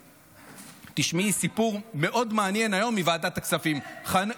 תשמעי סיפור מאוד מעניין מוועדת הכספים היום.